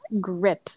grip